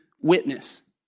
witness